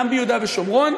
גם ביהודה ושומרון,